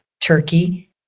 Turkey